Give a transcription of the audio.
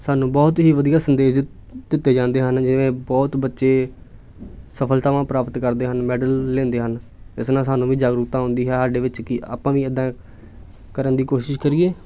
ਸਾਨੂੰ ਬਹੁਤ ਹੀ ਵਧੀਆ ਸੰਦੇਸ਼ ਦਿ ਦਿੱਤੇ ਜਾਂਦੇ ਹਨ ਜਿਵੇਂ ਬਹੁਤ ਬੱਚੇ ਸਫਲਤਾਵਾਂ ਪ੍ਰਾਪਤ ਕਰਦੇ ਹਨ ਮੈਡਲ ਲੈਂਦੇ ਹਨ ਇਸ ਨਾਲ ਸਾਨੂੰ ਵੀ ਜਾਗਰੂਕਤਾ ਆਉਂਦੀ ਹੈ ਸਾਡੇ ਵਿੱਚ ਕਿ ਆਪਾਂ ਵੀ ਇੱਦਾਂ ਕਰਨ ਦੀ ਕੋਸ਼ਿਸ਼ ਕਰੀਏ